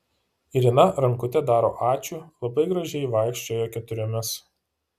irena rankute daro ačiū labai gražiai vaikščioja keturiomis